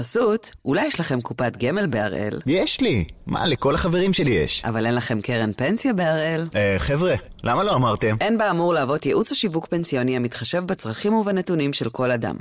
בחסות, אולי יש לכם קופת גמל בהראל? יש לי! מה, לכל החברים שלי יש. אבל אין לכם קרן פנסיה בהראל? אה, חבר'ה, למה לא אמרתם? אין באמור להוות ייעוץ או שיווק פנסיוני המתחשב בצרכים ובנתונים של כל אדם.